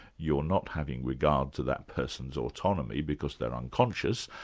you're not having regard to that person's autonomy because they're unconscious,